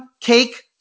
cake